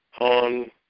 on